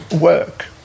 work